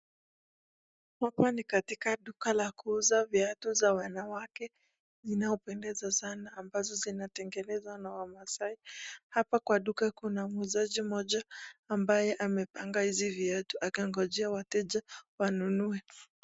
Hapa ni katika duka la kuuza viatu za wanawake, inayopendeza sana ambayo inatangenezwa na wamaasai, hapa kwa duku kuna muuzaji mmoja ambaye amepanga hizi viatu, akangojea wateja wanunue.